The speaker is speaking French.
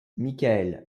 michael